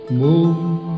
moon